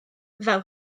fel